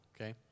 Okay